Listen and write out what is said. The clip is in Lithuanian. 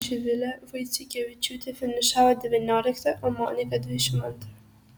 živilė vaiciukevičiūtė finišavo devyniolikta o monika dvidešimt antra